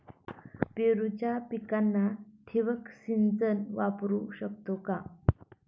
पेरूच्या रोपांना ठिबक सिंचन वापरू शकतो का?